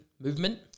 movement